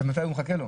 עד מתי הוא מחכה לו?